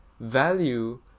value